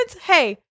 Hey